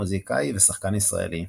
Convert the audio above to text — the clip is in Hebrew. מוזיקאי ושחקן ישראלי.